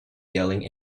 yelling